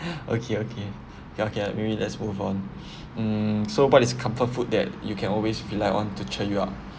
okay okay ya okay maybe let's move on hmm so what is comfort food that you can always rely on to cheer you up